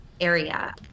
area